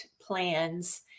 plans